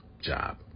job